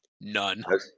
None